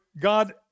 God